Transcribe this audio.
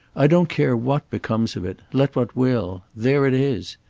i don't care what becomes of it let what will there it is.